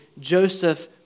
Joseph